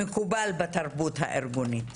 מקובל בתרבות הארגונית.